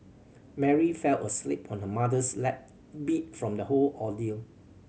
Mary fell asleep on her mother's lap beat from the whole ordeal